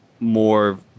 more